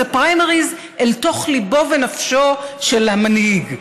זה פריימריז אל תוך ליבו ונפשו של המנהיג.